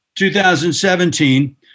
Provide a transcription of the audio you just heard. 2017